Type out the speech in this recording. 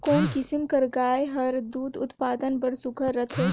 कोन किसम कर गाय हर दूध उत्पादन बर सुघ्घर रथे?